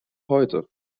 heute